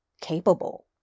capable